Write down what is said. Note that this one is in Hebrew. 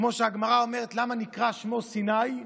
כמו שהגמרא אומרת: למה נקרא שמו סיני,